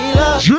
love